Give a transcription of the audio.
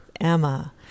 emma